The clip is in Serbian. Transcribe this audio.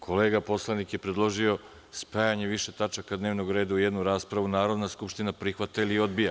Kolega poslanik je predložio spajanje više tačaka dnevnog reda u jednu raspravu, Narodna skupština prihvata ili odbija.